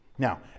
Now